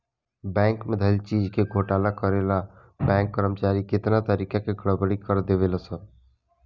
bank में धइल चीज के घोटाला करे ला बैंक कर्मचारी कितना तारिका के गड़बड़ी कर देवे ले सन